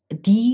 die